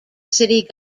city